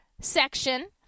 section